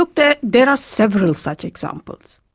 look, there there are several such examples.